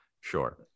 Sure